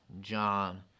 John